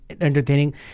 entertaining